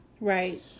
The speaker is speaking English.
Right